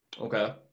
Okay